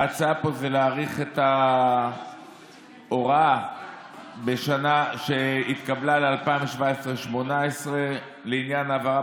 ההצעה פה היא להאריך את ההוראה שהתקבלה ל-2018-2017 לעניין העברה